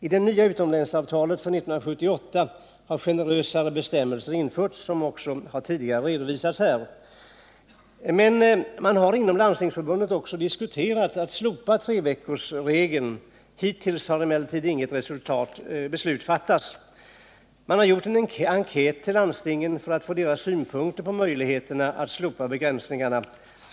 I det nya utomlänsavtal som träffats 1978 har, som också tidigare redovisats här, generösare bestämmelser införts. Men man har inom Landstingsförbundet också diskuterat ett slopande av treveckorsregeln. Hittills har emellertid inget beslut i den riktningen fattats. Man har gjort en enkät till landstingen för att få deras synpunkter på möjligheterna att slopa begränsningarna.